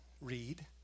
read